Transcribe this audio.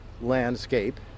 landscape